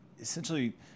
essentially